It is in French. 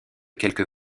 quelques